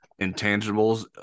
intangibles